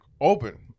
open